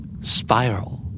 Spiral